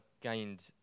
gained